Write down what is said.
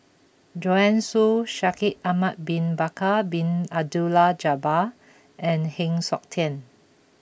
Joanne Soo Shaikh Ahmad Bin Bakar Bin Abdullah Jabbar and Heng Siok Tian